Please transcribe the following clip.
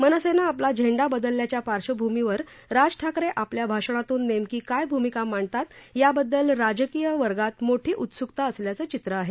मनसेनं आपलाझेंडा बदलल्याच्या पार्श्वभूमीवर राज ठाकरे आपल्या भाषणातून नेमकी काय भूमिका मांडतात याबददल राजकीय वर्गात मोठी उत्स्कता असल्याचं चित्र आहे